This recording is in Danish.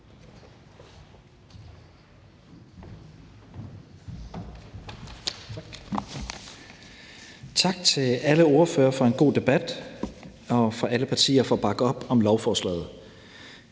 Tak til alle ordførere for en god debat og til alle partier for at bakke op om lovforslaget.